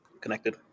connected